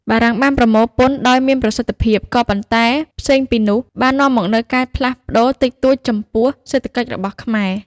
បារាំងបាន ប្រមូលពន្ធដោយមានប្រសិទ្ធិភាព ក៏ប៉ុន្តែផ្សេងពីនោះ បាននាំមកវិញនូវការផ្លាស់ ប្តូរតិចតួចចំពោះសេដ្ឋកិច្ចរបស់ខ្មែរ។